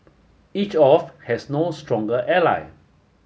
each of has no stronger ally